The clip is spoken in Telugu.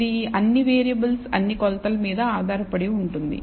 ఇది అన్ని వేరియబుల్స్ అన్ని కొలతలు మీద ఆధారపడి ఉంటుంది